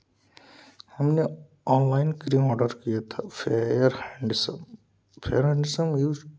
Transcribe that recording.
हमने online cream order किया था fair handsome fair handsome use